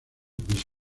visto